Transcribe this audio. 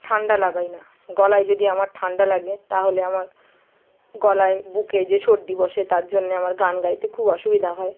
ঠান্ডা লাগাই না গলায় যদি আমার ঠান্ডা লাগে তাহলে আমার গলায় বুকে যে সর্দি বসে তার জন্যে আমার গান গাইতে খুব অসুবিধা হয়